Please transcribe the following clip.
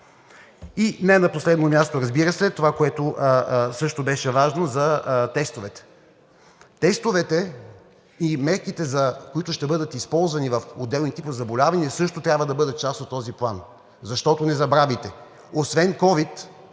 И не на последно място, разбира се, това, което също беше важно за тестовете. Тестовете и мерките, които ще бъдат използвани в отделни типове заболявания, също трябва да бъдат част от този план, защото не забравяйте, освен ковид,